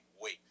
wait